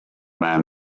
man